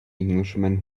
englishman